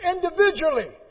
Individually